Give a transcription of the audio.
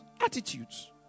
Attitudes